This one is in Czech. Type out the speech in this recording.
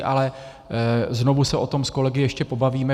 Ale znovu se o tom s kolegy ještě pobavíme.